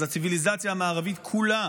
אז הציוויליזציה המערבית כולה